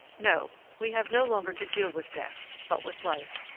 no, we have no longer to deal with death, but with life.